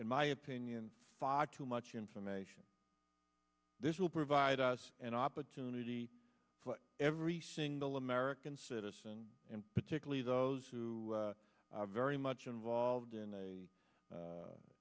in my opinion five too much information this will provide us an opportunity for every single american citizen and particularly those who are very much involved in